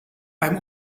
beim